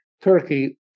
Turkey